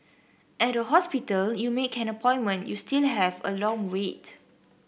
at a hospital you make an appointment you still have a long wait